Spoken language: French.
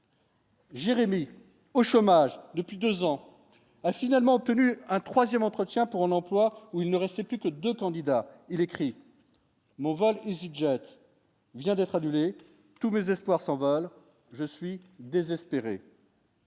Jérémy, au chômage depuis 2 ans, a finalement obtenu un 3ème entretien pour un emploi où il ne restait plus que 2 candidats, il écrit mon vol EasyJet. Vient d'être annulé tous mes espoirs s'envolent je suis désespéré.